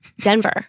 Denver